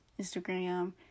Instagram